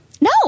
No